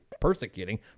persecuting